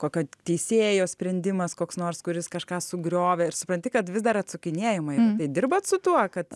kokio teisėjo sprendimas koks nors kuris kažką sugriovė ir supranti kad vis dar atsukinėjama yra tai dirbat su tuo kad